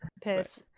piss